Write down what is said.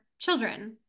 children